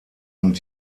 und